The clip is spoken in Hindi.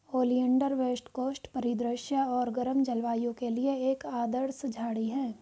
ओलियंडर वेस्ट कोस्ट परिदृश्य और गर्म जलवायु के लिए एक आदर्श झाड़ी है